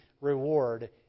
reward